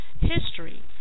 history